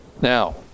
Now